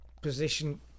position